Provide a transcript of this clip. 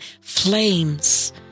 flames